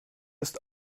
ist